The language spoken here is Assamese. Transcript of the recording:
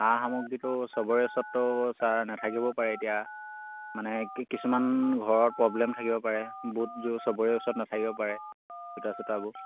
সা সামগ্ৰীটো চবৰে ওচৰতটো ছাৰ নাথাকিবও পাৰে এতিয়া মানে কিছুমান ঘৰত প্ৰব্লেম থাকিব পাৰে বুটযোৰ চবৰে ওচৰত নেথাকিব পাৰে জোতা চোতাবোৰ